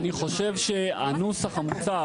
אני חושב שהנוסח המוצע ,